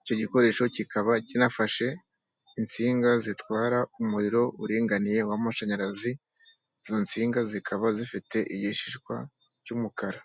icyo gikoresho kikaba kinafashe insinga zitwara umuriro uringaniye w'amashanyarazi, izo nsinga zikaba zifite igishishwa cy'umukara.